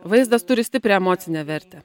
vaizdas turi stiprią emocinę vertę